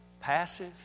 Passive